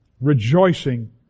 rejoicing